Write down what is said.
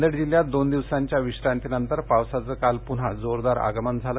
नांदेड जिल्ह्यात दोन दिवसाच्या विश्रांती नंतर पावसाच काल पुन्हा जोरदार आगमन झालं